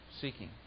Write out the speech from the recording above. seeking